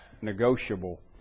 negotiable